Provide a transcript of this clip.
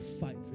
fight